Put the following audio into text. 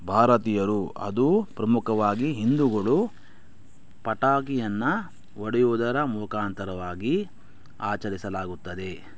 ಭಾರತೀಯರು ಅದು ಪ್ರಮುಖವಾಗಿ ಹಿಂದೂಗಳು ಪಟಾಕಿಯನ್ನು ಹೊಡೆಯುವುದರ ಮುಖಾಂತರವಾಗಿ ಆಚರಿಸಲಾಗುತ್ತದೆ